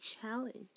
challenge